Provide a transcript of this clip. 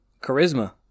Charisma